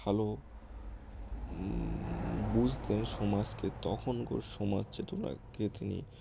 ভালো বুঝতেন সমাজকে তখনকার সমাজ চেতনাকে তিনি